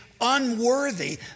unworthy